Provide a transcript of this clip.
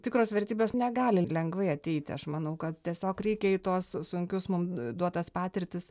tikros vertybės negali lengvai ateiti aš manau kad tiesiog reikia į tuos sunkius mum duotas patirtis